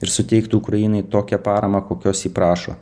ir suteiktų ukrainai tokią paramą kokios ji prašo